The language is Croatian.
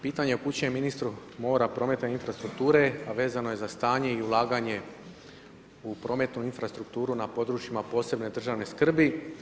Pitanje upućujem ministru mora, prometa i infrastrukture a vezano je za stanje i ulaganje u prometnu infrastrukturu na područjima od posebne državne skrbi.